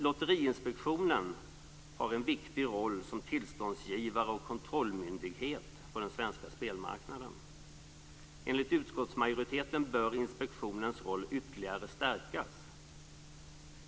Lotteriinspektionen har en viktig roll som tillståndsgivare och kontrollmyndighet på den svenska spelmarknaden. Enligt utskottsmajoriteten bör inspektionens roll ytterligare stärkas.